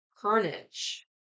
Carnage